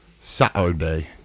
Saturday